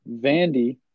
Vandy